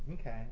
okay